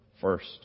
first